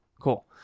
cool